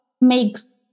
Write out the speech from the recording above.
makes